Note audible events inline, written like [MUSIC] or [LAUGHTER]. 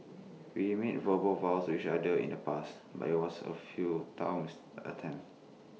we made verbal vows to each other in the past but IT was A [UNINTELLIGIBLE] attempt